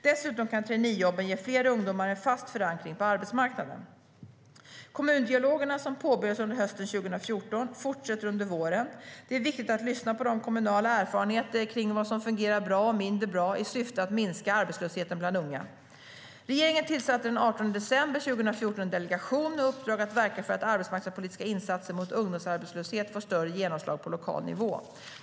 Dessutom kan traineejobben ge fler ungdomar en fast förankring på arbetsmarknaden. Regeringen tillsatte den 18 december 2014 en delegation med uppdrag att verka för att arbetsmarknadspolitiska insatser mot ungdomsarbetslöshet får större genomslag på lokal nivå.